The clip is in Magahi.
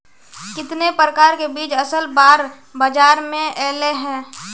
कितने प्रकार के बीज असल बार बाजार में ऐले है?